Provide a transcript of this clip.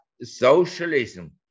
socialism